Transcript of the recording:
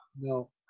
No